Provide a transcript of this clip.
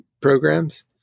programs